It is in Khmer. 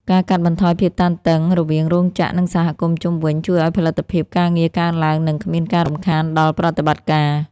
ការកាត់បន្ថយភាពតានតឹងរវាងរោងចក្រ និងសហគមន៍ជុំវិញ ជួយឱ្យផលិតភាពការងារកើនឡើង និងគ្មានការរំខានដល់ប្រតិបត្តិការ។